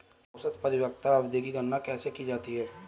औसत परिपक्वता अवधि की गणना कैसे की जाती है?